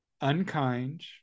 unkind